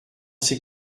ces